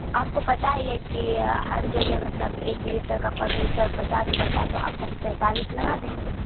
آپ کو پتا ہی ہے کہ ہر جگہ مطلب ایک لیٹر کا پر لیٹر پچاس پڑتا ہے تو آپ کو ہم سینتالیس لگا دیں گے